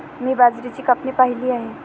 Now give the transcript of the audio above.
मी बाजरीची कापणी पाहिली आहे